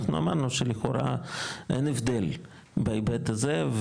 אנחנו אמרנו שלכאורה אין הבדל בהיבט הזה,